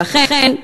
ולכן,